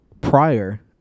prior